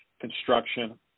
construction